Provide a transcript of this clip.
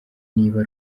niba